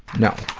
no.